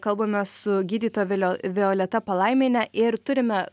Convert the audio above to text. kalbame su gydytoja vilio violeta palaimiene ir turime